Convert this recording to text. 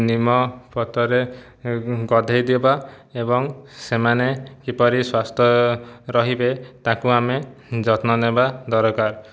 ନିମପତ୍ରରେ ଗଧୋଇଦେବା ଏବଂ ସେମାନେ କିପରି ସ୍ୱସ୍ଥ ରହିବେ ତାକୁ ଆମେ ଯତ୍ନନେବା ଦରକାର